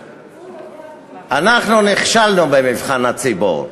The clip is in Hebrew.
אנחנו נכשלנו במבחן הציבור.